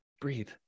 breathe